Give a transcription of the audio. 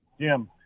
Jim